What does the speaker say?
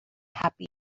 happy